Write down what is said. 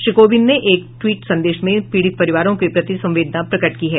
श्री कोविंद ने एक ट्वीट संदेश में पीड़ित परिवारों के प्रति संवेदना प्रकट की है